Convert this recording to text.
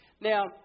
Now